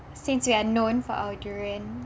since we are known for our durian